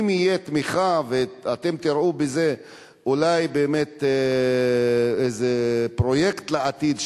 אם תהיה תמיכה ואתם תראו בזה אולי באמת איזה פרויקט לעתיד,